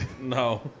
No